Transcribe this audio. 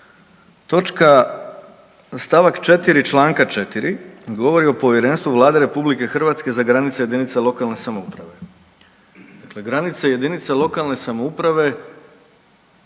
Točka, st. 4 članka 4 govori o Povjerenstvu Vlade RH za granice jedinica lokalne samouprave.